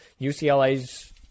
UCLA's –